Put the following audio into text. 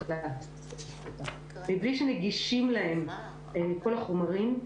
מבלי שנגישים להם כל החומרים,